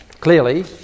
Clearly